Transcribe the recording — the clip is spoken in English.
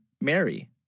Mary